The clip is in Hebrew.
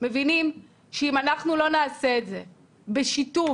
מבינים שאם אנחנו לא נעשה את זה בשיתוף